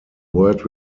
word